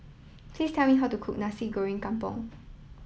please tell me how to cook Nasi Goreng Kampung